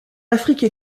afrique